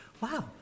wow